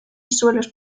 suelos